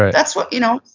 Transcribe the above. that's what, you know.